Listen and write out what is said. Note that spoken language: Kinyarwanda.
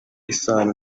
isano